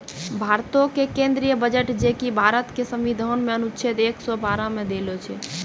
भारतो के केंद्रीय बजट जे कि भारत के संविधान मे अनुच्छेद एक सौ बारह मे देलो छै